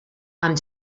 amb